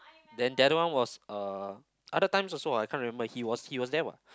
then the other one was uh other times also what I can't remember he was he was there what